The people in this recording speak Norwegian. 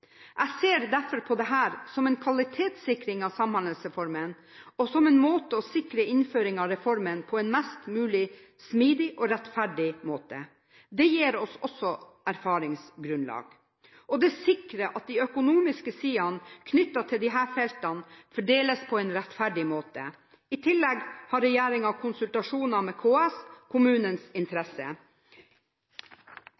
Jeg ser derfor på dette som en kvalitetssikring av Samhandlingsreformen og som en måte å sikre innføring av reformen på – en mest mulig smidig og rettferdig måte. Det gir oss også erfaringsgrunnlag, og det sikrer at de økonomiske sidene knyttet til disse feltene fordeles på en rettferdig måte. I tillegg har regjeringen konsultasjoner med KS – kommunenes